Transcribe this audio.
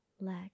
leg